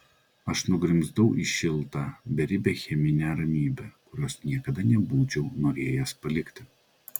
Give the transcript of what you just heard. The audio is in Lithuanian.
aš nugrimzdau į šiltą beribę cheminę ramybę kurios niekada nebūčiau norėjęs palikti